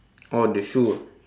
oh the shoe ah